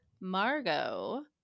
Margot